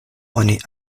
oni